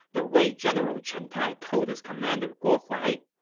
the wei general chen tai told his commander guo huai,